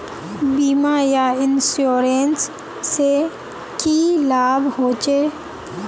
बीमा या इंश्योरेंस से की लाभ होचे?